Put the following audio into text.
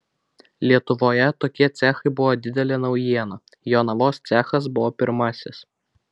lietuvoje tokie cechai buvo didelė naujiena jonavos cechas buvo pirmasis